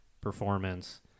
performance